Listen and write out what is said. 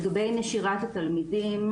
לגבי נשירת התלמידים,